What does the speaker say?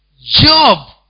Job